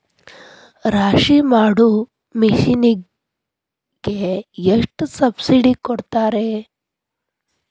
ರಾಶಿ ಮಾಡು ಮಿಷನ್ ಗೆ ಎಷ್ಟು ಸಬ್ಸಿಡಿ ಕೊಡ್ತಾರೆ?